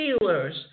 dealers